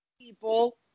People